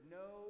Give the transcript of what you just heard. no